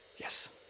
yes